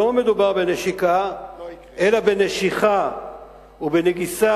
לא מדובר בנשיקה אלא בנשיכה ובנגיסה